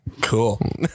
Cool